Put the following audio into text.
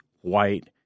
white